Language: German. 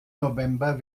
november